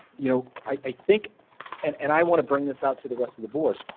you know, i think and and i want to bring this out to the rest of the board.